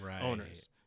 owners